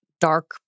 dark